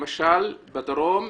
למשל, בדרום,